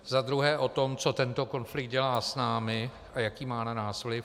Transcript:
Za druhé o tom, co tento konflikt dělá s námi a jaký má na nás vliv.